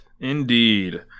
Indeed